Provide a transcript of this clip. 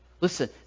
Listen